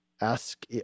ask